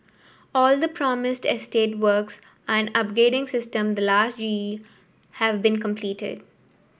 all the promised estate works and upgrading since the last G E have been completed